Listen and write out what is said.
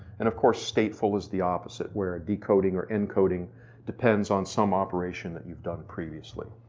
and of course stateful is the opposite where decoding or encoding depends on some operation that you've done previously.